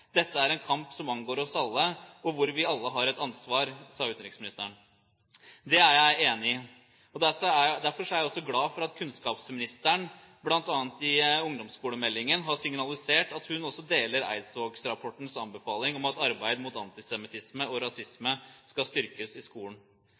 Dette er en kamp som angår oss alle, og hvor vi alle har et ansvar, sa utenriksministeren. Det er jeg enig i. Derfor er jeg også glad for at kunnskapsministeren bl.a. i ungdomsskolemeldingen har signalisert at hun også deler Eidsvåg-rapportens anbefaling om at arbeidet mot antisemittisme og